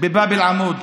בבאב אל-עמוד.